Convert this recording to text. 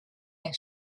and